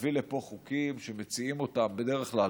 להביא לפה חוקים שמציעים אותם בדרך כלל